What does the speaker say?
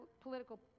political